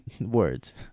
Words